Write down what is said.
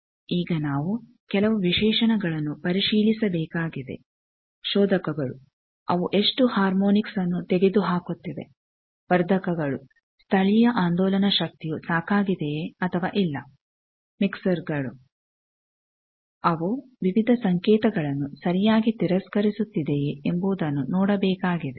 ಈಗ ನಾವು ಕೆಲವು ವಿಶೇಷಣಗಳನ್ನು ಪರಿಶೀಲಿಸಬೇಕಾಗಿದೆ ಶೋಧಕಗಳು ಅವು ಎಷ್ಟು ಹಾರ್ಮೋನಿಕ್ಸ್ ನ್ನು ತೆಗೆದುಹಾಕುತ್ತಿವೆ ವರ್ಧಕಗಳು ಸ್ಥಳೀಯ ಆಂದೋಲನ ಶಕ್ತಿಯು ಸಾಕಾಗಿದೆಯೇ ಅಥವಾ ಇಲ್ಲ ಮಿಕ್ಸರ್ಗಳು ಅವು ವಿವಿಧ ಸಂಕೇತಗಳನ್ನು ಸರಿಯಾಗಿ ತಿರಸ್ಕರಿಸುತ್ತಿದೆಯೇ ಎಂಬುದನ್ನು ನೋಡಬೇಕಾಗಿದೆ